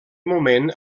moment